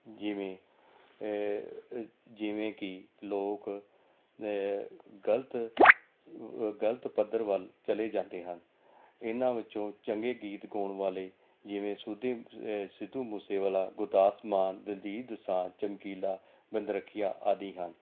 ਜਿਵੇਂ ਜਿਵੇਂ ਕਿ ਲੋਕ ਗਲਤ ਗਲਤ ਪੱਧਰ ਵੱਲ ਚਲੇ ਜਾਂਦੇ ਹਨ ਇਹਨਾਂ ਵਿੱਚੋਂ ਚੰਗੇ ਗੀਤ ਗਾਉਣ ਵਾਲੇ ਜਿਵੇਂ ਸੁਭਦੀਪ ਸਿੱਧੂ ਮੂਸੇਵਾਲਾ ਗੁਰਦਾਸ ਮਾਨ ਦਲਜੀਤ ਦੋਸਾਂਝ ਚਮਕੀਲਾ ਬਿੰਦਰਖੀਆ ਆਦਿ ਹਨ